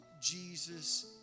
Jesus